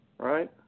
Right